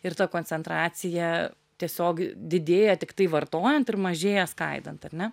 ir ta koncentracija tiesiog didėja tiktai vartojant ir mažėja skaidant ar ne